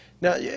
Now